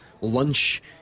lunch